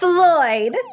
Floyd